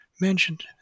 mentioned